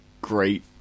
great